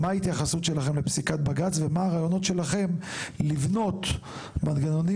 מה ההתייחסות שלכם לפסיקת בג"ץ ומה הרעיונות שלכם לבנות מנגנונים